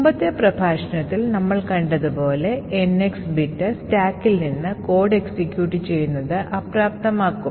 മുമ്പത്തെ പ്രഭാഷണത്തിൽ നമ്മൾ കണ്ടതുപോലെ NX ബിറ്റ് സ്റ്റാക്കിൽ നിന്ന് code എക്സിക്യൂട്ട് ചെയ്യുന്നത് അപ്രാപ്തമാക്കും